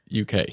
UK